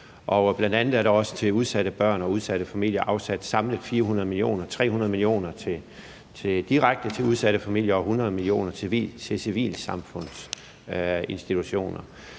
bl.a. er der også til udsatte børn og udsatte familier samlet afsat 400 mio. kr. – 300 mio. kr. direkte til udsatte familier og 100 mio. kr. til civilsamfundsorganisationer.